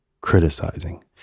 criticizing